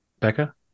becca